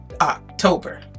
October